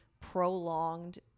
prolonged